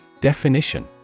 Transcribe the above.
Definition